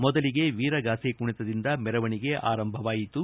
ಮೊದಲಿಗೆ ವೀರಗಾಸೆ ಕುಣಿತದಿಂದ ಮೆರವಣಿಗೆ ಆರಂಭವಾಯಿತು